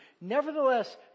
Nevertheless